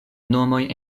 nomoj